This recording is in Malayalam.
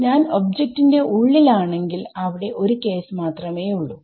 ഞാൻ ഒബ്ജക്റ്റ് ന്റെ ഉള്ളിൽ ആണെങ്കിൽ അവിടെ ഒരു കേസ് മാത്രമേ ഉള്ളൂ